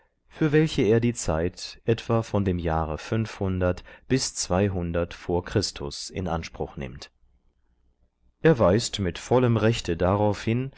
für welche er die zeit etwa von dem jahre vor chr in anspruch nimmt er weist mit vollem rechte darauf hin